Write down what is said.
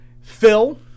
Phil